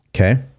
Okay